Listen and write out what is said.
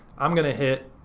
i'm gonna hit,